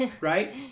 right